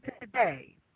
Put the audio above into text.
today